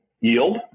yield